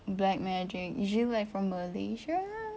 black magic usually like from malaysia